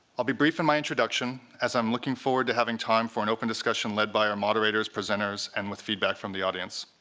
i'll be brief in my introduction as i'm looking forward to having time for an open discussion led by our moderators, presenters, and with feedback from the audience.